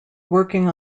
working